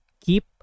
keep